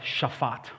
shafat